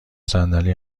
صندلی